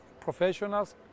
professionals